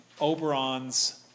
Oberon's